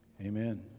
amen